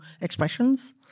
expressions